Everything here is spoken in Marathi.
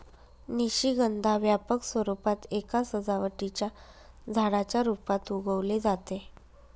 निशिगंधा व्यापक स्वरूपात एका सजावटीच्या झाडाच्या रूपात उगवले जाते